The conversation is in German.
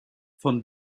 von